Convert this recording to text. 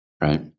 right